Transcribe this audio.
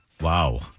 Wow